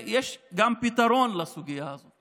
יש גם פתרון לסוגיה הזאת.